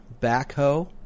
backhoe